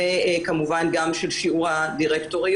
וכמובן גם של שיעור הדירקטוריות.